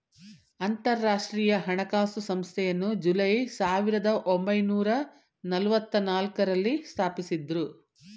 ಅಂತರಾಷ್ಟ್ರೀಯ ಹಣಕಾಸು ಸಂಸ್ಥೆಯನ್ನು ಜುಲೈ ಸಾವಿರದ ಒಂಬೈನೂರ ನಲ್ಲವತ್ತನಾಲ್ಕು ರಲ್ಲಿ ಸ್ಥಾಪಿಸಿದ್ದ್ರು